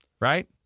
Right